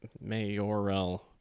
mayoral